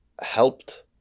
helped